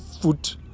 foot